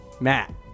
Matt